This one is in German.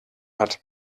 hat